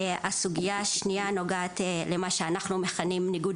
הסוגייה השנייה נוגעת למה שאנחנו מכנים ניגוד